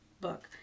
book